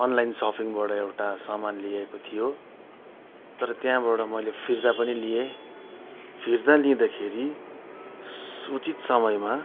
online सपिङबाट एउटा सामान लिएको थियो तर त्यहाँबाट मैले फिर्ता पनि लिएँ फिर्ता लिँदाखेरि उचित समयमा